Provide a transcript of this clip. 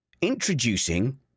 Introducing